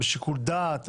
בשיקול דעת,